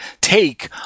take